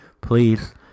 please